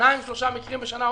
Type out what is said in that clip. שניים-שלושה מקרים בשנה.